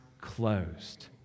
closed